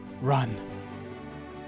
run